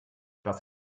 das